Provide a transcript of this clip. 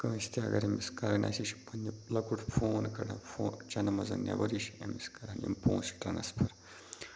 کٲنٛسہِ تہِ اَگر أمِس کَرٕنۍ آسہِ یہِ چھُ پنٛنہِ لۄکُٹ فون کَڑان چنٛدٕ منٛز نٮ۪بَر یہِ چھِ أمِس کَران یِم پونٛسہٕ ٹرٛانَسفَر